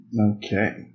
Okay